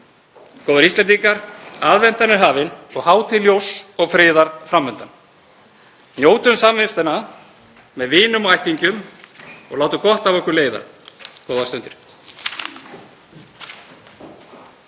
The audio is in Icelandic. Góðir Íslendingar. Aðventan er hafin og hátíð ljóss og friðar fram undan. Njótum samvistanna með vinum og ættingjum og látum gott af okkur leiða. — Góðar stundir.